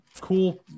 cool